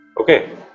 Okay